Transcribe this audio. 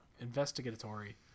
investigatory